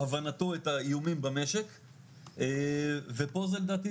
או הבנתו את האיומים במשק ופה זה לדעתי,